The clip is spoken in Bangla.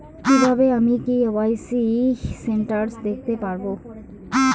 কিভাবে আমি কে.ওয়াই.সি স্টেটাস দেখতে পারবো?